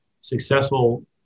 successful